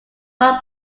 run